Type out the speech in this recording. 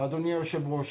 אדוני היושב ראש.